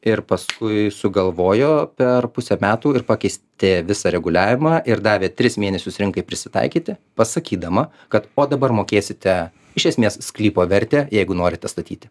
ir paskui sugalvojo per pusę metų ir pakeisti visą reguliavimą ir davė tris mėnesius rinkai prisitaikyti pasakydama kad o dabar mokėsite iš esmės sklypo vertę jeigu norite statyti